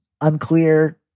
unclear